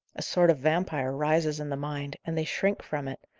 a sort of vampire rises in the mind, and they shrink from it,